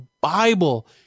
Bible